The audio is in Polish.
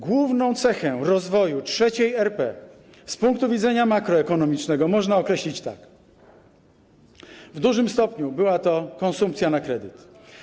Główną cechę rozwoju III RP z punktu widzenia makroekonomicznego można określić tak: w dużym stopniu była to konsumpcja na kredyt.